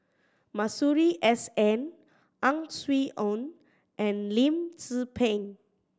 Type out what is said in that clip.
Masuri S N Ang Swee Aun and Lim Tze Peng